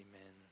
amen